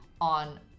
on